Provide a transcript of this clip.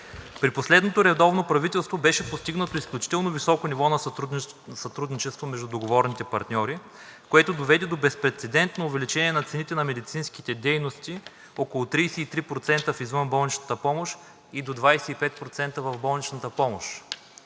При последното редовно правителство беше постигнато изключително високо ниво на сътрудничество между договорните партньори, което доведе до безпрецедентно увеличение на цените на медицинските дейности – около 33% в извънболничната помощ и до 25% в болничната помощ.